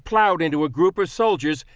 plowed into a group of soldiers,